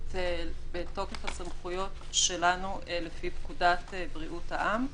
בתוקף הסמכויות שלנו לפי פקודת בריאות העם,